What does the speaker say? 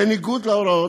בניגוד להוראות,